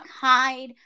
hide